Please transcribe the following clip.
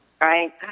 right